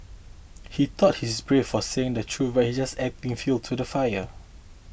he thought he's brave for saying the truth but he just adding fuel to the fire